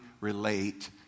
relate